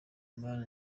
mana